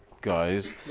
guys